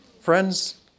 Friends